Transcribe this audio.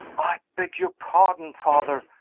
i beg your pardon, father!